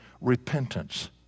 repentance